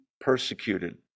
persecuted